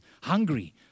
hungry